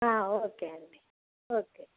okay అండి okay